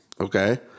okay